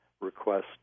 request